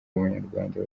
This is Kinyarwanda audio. w’umunyarwanda